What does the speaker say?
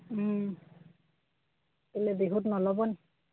কেলে বিহুত নল'ব নি